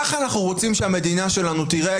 ככה אנחנו רוצים שהמדינה שלנו תיראה?